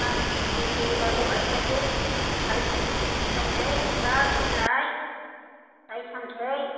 नासपुति होयोबा होबाय थाइजौ फिथाइ फिथाइ सामथाइ बिबार बिलाइ फिथाइ सामथाइ